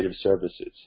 services